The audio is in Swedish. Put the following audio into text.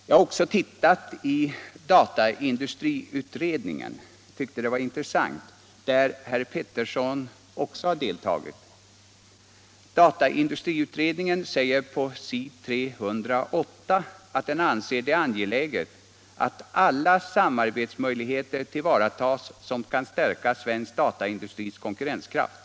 Jag har också tittat på dataindustriutredningen, där herr Pettersson har deltagit. Dataindustriutredningen säger på s. 308 i sitt betänkande att den anser det angeläget att alla samarbetsmöjligheter tillvaratas som kan stärka svensk dataindustris konkurrenskraft.